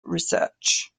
research